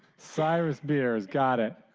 cyrus beers got it.